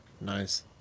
nice